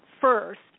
first